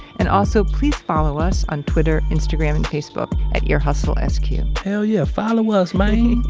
and also, please follow us on twitter, instagram, and facebook at earhustlesq yeah hell yeah, follow us, mane.